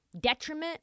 detriment